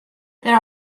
there